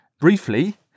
briefly